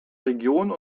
region